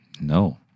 No